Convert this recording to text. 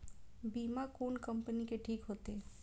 बीमा कोन कम्पनी के ठीक होते?